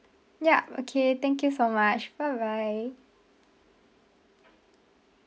yup okay thank you so much bye bye